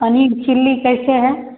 paneer chilli कैसे है